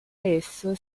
esso